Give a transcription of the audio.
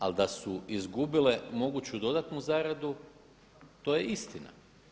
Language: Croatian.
Ali da su izgubile moguću dodatnu zaradu to je istina.